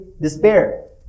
despair